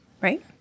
Right